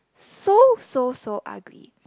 so so so ugly